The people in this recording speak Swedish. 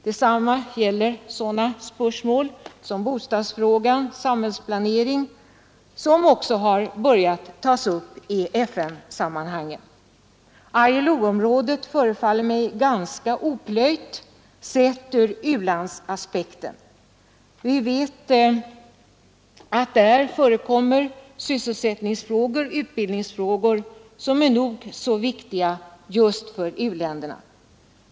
Detsamma gäller sådana spörsmål som bostadsfrågan och samhällsplaneringen, som också har börjat tas upp i FN-sammanhang. ILO-området förefaller mig ganska oplöjt, sett ur u-landsaspekten; där handläggs sysselsättningsfrågor och utbildningsfrågor som är nog så viktiga just för u-länderna.